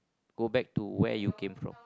go back to where you came from